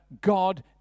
God